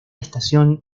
estación